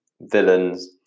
villains